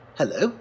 hello